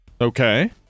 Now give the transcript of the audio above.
Okay